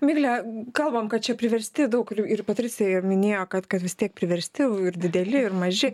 migle kalbam kad čia priversti daug ir ir patricija ir minėjo kad kad vis tiek priversti ir dideli ir maži